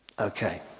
Okay